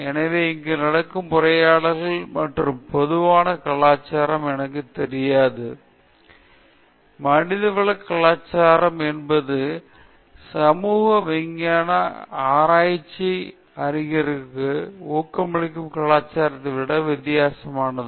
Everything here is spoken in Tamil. எனவே இங்கே நடக்கும் உரையாடல்கள் மற்றும் பொதுவான கலாச்சாரம் எனக்குத் தெரியாது மனிதவளம் கலாச்சாரம் என்பது சமூக விஞ்ஞான ஆராய்ச்சி ஆகியவற்றிற்கு ஊக்கமளிக்கும் கலாச்சாரத்தை விட மிகவும் வித்தியாசமானது